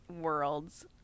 worlds